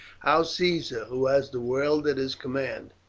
how caesar, who has the world at his command,